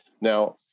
Now